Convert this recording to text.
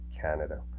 Canada